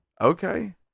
okay